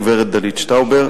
הגברת דלית שטאובר,